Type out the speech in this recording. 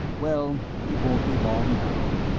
well, it won't be long now.